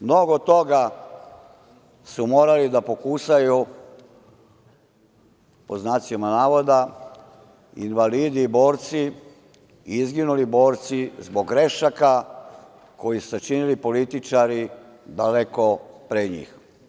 Mnogo toga su morali da „pokusaju“, invalidi i borci, izginuli borci zbog grešaka, koji su činili političari daleko pre njih.